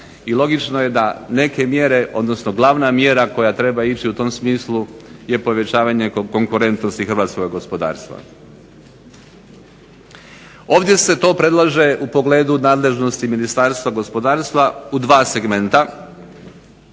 logično je da neke mjere, odnosno glavna mjera koja treba ići u tom smislu je povećavanje konkurentnosti hrvatskoga gospodarstva. Ovdje se to predlaže u pogledu nadležnosti Ministarstva gospodarstva u dva segmenta,